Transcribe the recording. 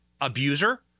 abuser